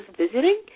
visiting